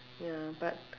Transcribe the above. ya but